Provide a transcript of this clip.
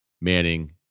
Manning